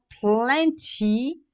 plenty